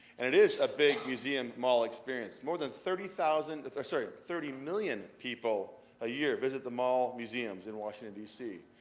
and it is a big museum mall experience. more than thirty thousand sorry, thirty million people a year visit the mall museums in washington d c,